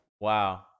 Wow